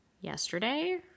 yesterday